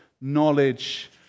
knowledge